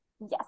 Yes